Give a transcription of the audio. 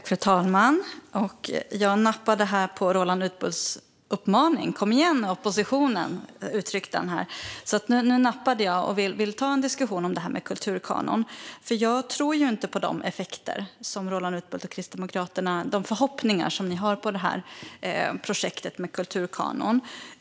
Fru talman! Jag nappade på Roland Utbults uppmaning: Kom igen, oppositionen! Det var så han uttryckte sig, så jag nappade och vill ta en diskussion om en kulturkanon. Jag instämmer inte i de förhoppningar som Roland Utbult och Kristdemokraterna har på projektet med kulturkanon. Jag tror inte att det kommer att ge de effekter ni hoppas på.